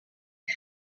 non